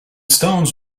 stones